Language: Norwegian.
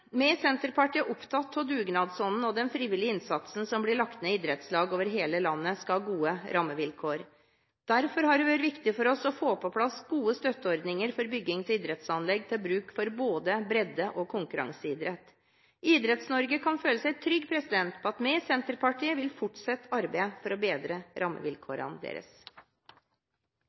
Vi i Senterpartiet er opptatt av dugnadsånden og at den frivillige innsatsen som blir lagt ned i idrettslag over hele landet, skal ha gode rammevilkår. Derfor har det vært viktig for oss å få på plass gode støtteordninger for bygging av idrettsanlegg til bruk for både bredde- og konkurranseidrett. Idretts-Norge kan føle seg trygg på at vi i Senterpartiet fortsetter arbeidet for å bedre rammevilkårene deres.